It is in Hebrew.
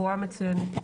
מצוינת.